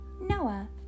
Noah